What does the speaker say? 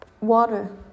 water